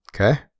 Okay